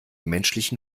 menschlichen